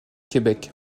québec